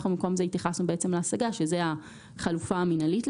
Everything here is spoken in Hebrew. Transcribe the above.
אנחנו במקום זה התייחסנו להשגה שזו החלופה המינהלית.